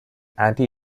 anti